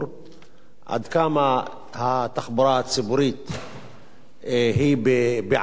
עד כמה התחבורה הציבורית היא בעלות סבירה,